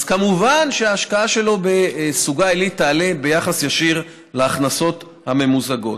אז כמובן ההשקעה שלו בסוגה עילית תעלה ביחס ישיר להכנסות הממוזגות.